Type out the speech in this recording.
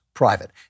private